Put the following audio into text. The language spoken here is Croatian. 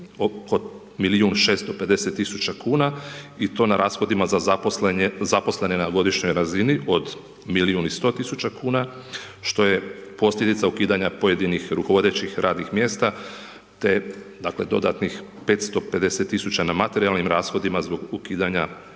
i 650 tisuća kuna i to na rashodima za zaposlene na godišnjoj razini od milijun i 100 tisuća kuna, što je posljedica ukidanja pojedinih rukovodećih radnih mjesta, te dodatnih 550 tisuća na materijalnim rashodima zbog ukidanja